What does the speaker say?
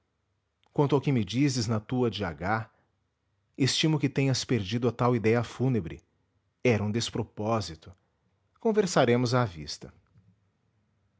quanto ao que me dizes na tua de h estimo que tenhas perdido a tal idéia fúnebre era um despropósito conversaremos à vista